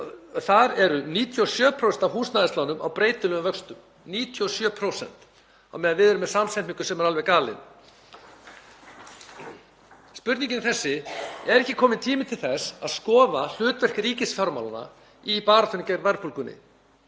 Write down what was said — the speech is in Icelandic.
Þar eru 97% af húsnæðislánum á breytilegum vöxtum á meðan við erum með samsetningu sem er alveg galin. Spurningin er þessi: Er ekki kominn tími til þess að skoða hlutverk ríkisfjármálanna í baráttunni gegn verðbólgunni